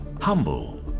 humble